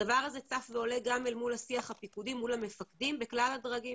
הדבר הזה צף ועולה גם אל מול השיח הפיקודי מול המפקדים בכלל הדרגים